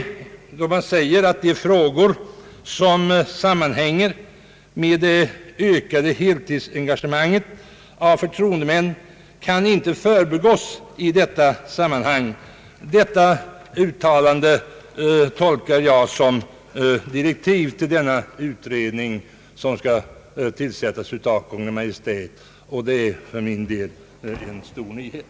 Utskottet säger nämligen: »De frågor som sammanhänger med det ökande heltidsengagemanget av förtroendemän kan inte förbigås i detta sammanhang.» Det uttalandet tolkar jag som direktiv för den blivande utredningen. Och detta är för mig en stor nyhet.